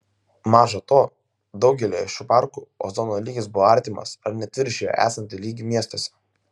maža to daugelyje šių parkų ozono lygis buvo artimas ar net viršijo esantį lygį miestuose